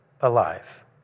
alive